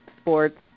Sports